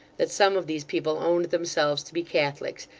that some of these people owned themselves to be catholics,